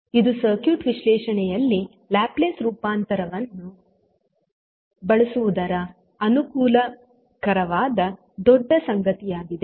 ಇದು ಸರ್ಕ್ಯೂಟ್ ವಿಶ್ಲೇಷಣೆಯಲ್ಲಿ ಲ್ಯಾಪ್ಲೇಸ್ ರೂಪಾಂತರವನ್ನು ಬಳಸುವುದರ ಅನುಕೂಲಕರವಾದ ದೊಡ್ಡ ಸಂಗತಿಯಾಗಿದೆ